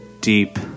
deep